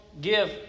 give